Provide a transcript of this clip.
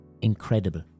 incredible